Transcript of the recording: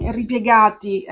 ripiegati